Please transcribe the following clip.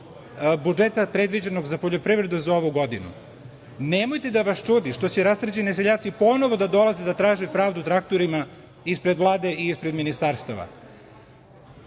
budžeta predviđenog za poljoprivredu za ovu godinu. Nemojte da vas čudi što će seljaci ponovo da dolaze da traže pravdu traktorima ispred Vlade i ispred ministarstava. Svaki